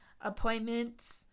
appointments